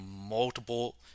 multiple